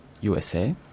USA